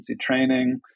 training